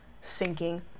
sinking